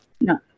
No